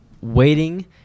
waiting